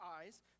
eyes